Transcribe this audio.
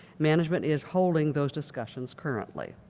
management is holding those discussions currently.